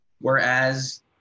whereas